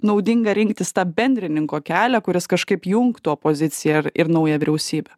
naudinga rinktis tą bendrininko kelią kuris kažkaip jungtų opoziciją ir ir naują vyriausybę